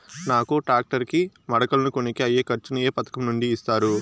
నాకు టాక్టర్ కు మడకలను కొనేకి అయ్యే ఖర్చు ను ఏ పథకం నుండి ఇస్తారు?